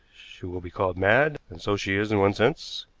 she will be called mad, and so she is in one sense,